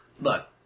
Look